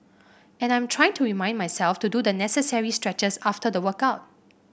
and I am trying to remind myself to do the necessary stretches after the workout